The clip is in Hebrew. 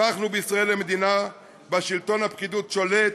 הפכנו בישראל למדינה שבה שלטון הפקידות שורר,